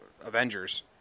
Avengers